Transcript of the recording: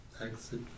exit